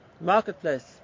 marketplace